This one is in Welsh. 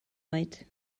oed